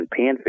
panfish